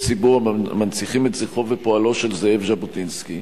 ציבור המנציחים את זכרו ופועלו של זאב ז'בוטינסקי.